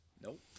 nope